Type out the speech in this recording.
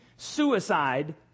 Suicide